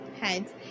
heads